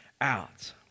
out